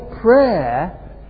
prayer